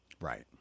right